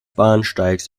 bahnsteigs